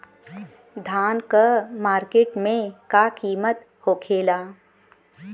धान क मार्केट में का कीमत होखेला?